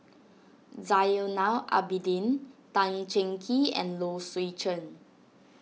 Zainal Abidin Tan Cheng Kee and Low Swee Chen